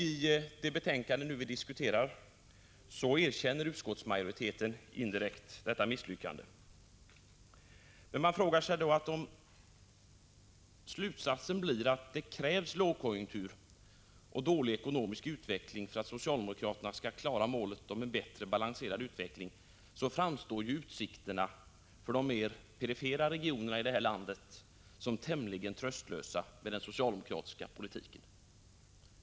I det betänkande vi nu diskuterar erkänner utskottsmajoriteten indirekt detta misslyckande. Om slutsatsen blir att det krävs lågkonjunktur och dålig ekonomisk utveckling för att socialdemokraterna skall kunna klara målet om en bättre balanserad regional utveckling, framstår utsikterna för de mer perifera regionerna i landet som tämligen tröstlösa med den socialdemokratiska politiken.